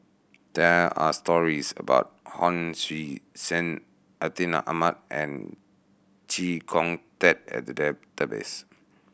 there are stories about Hon Sui Sen Atin Amat and Chee Kong Tet in the database